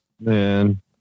Man